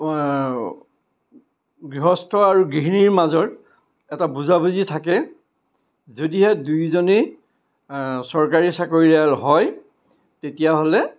গৃহস্থ আৰু গৃহিনীৰ মাজৰ এটা বুজাবুজি থাকে যদিহে দুয়োজনেই চৰকাৰী চাকৰিয়াল হয় তেতিয়াহ'লে